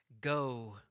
go